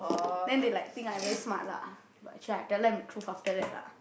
then they like think I very smart lah but actually I tell them the truth after that lah